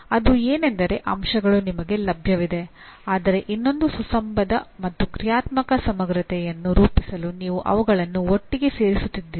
ಅದು ಏನೆಂದರೆ ಅಂಶಗಳು ನಿಮಗೆ ಲಭ್ಯವಿವೆ ಆದರೆ ಇನ್ನೊಂದು ಸುಸಂಬದ್ಧ ಮತ್ತು ಕ್ರಿಯಾತ್ಮಕ ಸಮಗ್ರತೆಯನ್ನು ರೂಪಿಸಲು ನೀವು ಅವುಗಳನ್ನು ಒಟ್ಟಿಗೆ ಸೇರಿಸುತ್ತಿದ್ದೀರಿ